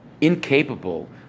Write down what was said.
incapable